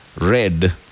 red